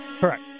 Correct